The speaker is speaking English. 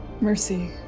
Mercy